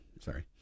Sorry